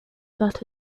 that